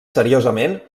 seriosament